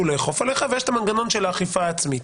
לאכוף עליך ויש את המנגנון של האכיפה העצמית.